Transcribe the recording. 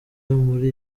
muri